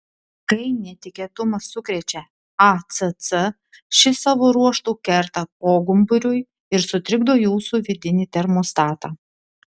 kai netikėtumas sukrečia acc ši savo ruožtu kerta pogumburiui ir sutrikdo jūsų vidinį termostatą